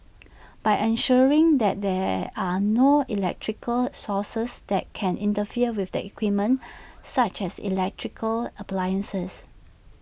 by ensuring that there are no electrical sources that can interfere with the equipment such as electrical appliances